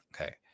Okay